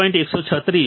136 3